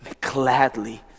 gladly